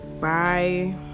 Bye